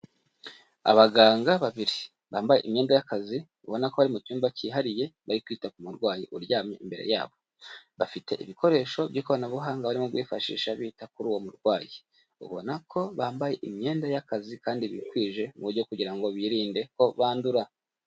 Abaganga babiri bambaye imyenda y'akazi, ubona ko bari mu cyumba cyihariye bari kwita ku murwayi uryamye imbere yabo. Bafite ibikoresho by'ikoranabuhanga barimo kwifashisha bita kuri uwo murwayi, ubona ko bambaye imyenda y'akazi kandi bikwije mu buryo bwo kugira ngo birinde ko bandura.